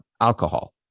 alcohol